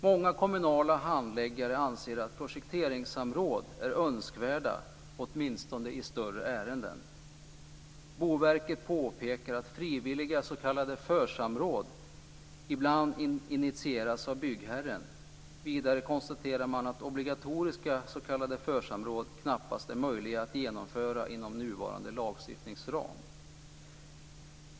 Många kommunala handläggare anser att projekteringssamråd är önskvärda åtminstone i större ärenden. Boverket påpekar att frivilliga s.k. församråd ibland initieras av byggherren. Vidare konstaterar man att obligatoriska s.k. församråd knappast är möjliga att genomföra inom nuvarande lagstiftningsram.